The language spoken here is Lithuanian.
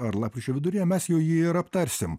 ar lapkričio viduryje mes jau jį ir aptarsim